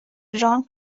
jean